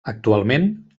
actualment